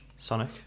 Sonic